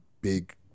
big